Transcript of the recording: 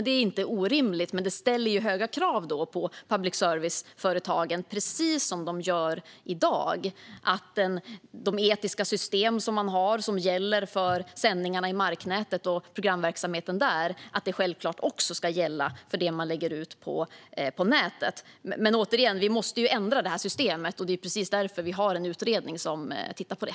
Det är inte orimligt, men det ställer precis som i dag höga krav på public service-företagen att de etiska system som man har gällande sändningarna i marknätet och programverksamheten där självklart också ska gälla för det som man lägger ut på nätet. Återigen: Vi måste ändra det här systemet, och det är precis därför vi har en utredning som tittar på det.